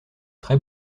très